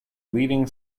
leading